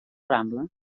rambla